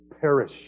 perish